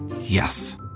Yes